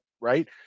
Right